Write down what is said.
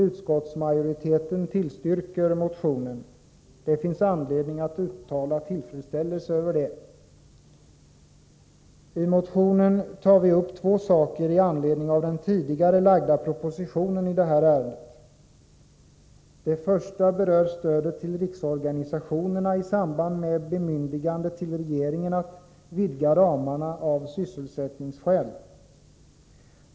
Utskottsmajoriteten tillstyrker motionen. Det finns anledning uttala tillfredsställelse över det. I motionen tar vi upp två saker i anledning av den tidigare framlagda propositionen i detta ärende. Den första berör stödet till riksorganisationerna i samband med bemyndigande till regeringen att vidga ramarna av sysselsättningsskäl.